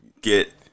get